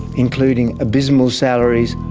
including abysmal salaries,